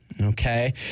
okay